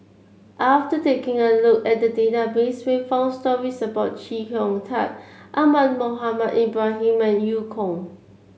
after taking a look at the database we found stories about Chee Hong Tat Ahmad Mohamed Ibrahim and Eu Kong